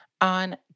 on